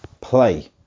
play